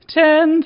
ten